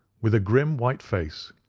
with a grim, white face,